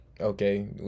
Okay